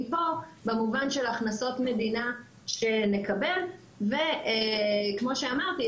פה במובן של הכנסות מדינה שנקבל וכמו שאמרתי,